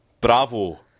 Bravo